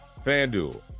FanDuel